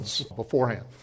beforehand